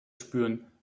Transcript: spüren